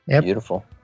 Beautiful